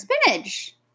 Spinach